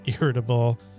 irritable